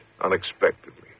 unexpectedly